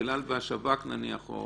אל על והשב"כ נניח או